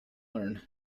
learn